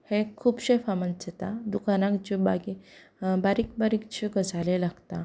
हें खुबशें फामाद जाता दुकानाक ज्यो बारीक बारीक बारीक ज्यो गजाली लागता